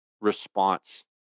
response